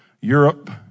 Europe